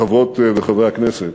חברות וחברי הכנסת,